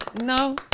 No